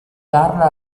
darla